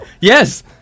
Yes